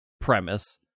premise